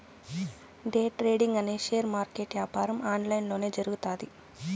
day trading అనే share market యాపారం online లొనే జరుగుతాది